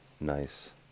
Nice